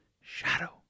Shadow